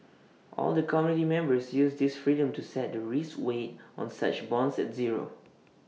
all the committee members use this freedom to set the risk weight on such bonds at zero